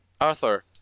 arthur